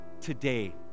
today